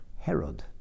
Herod